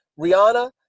Rihanna